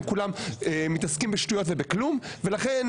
הם כולם מתעסקים בשטויות ובכלום ולכן,